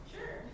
Sure